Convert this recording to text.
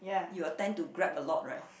you are tend to grab a lot right